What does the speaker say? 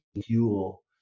fuel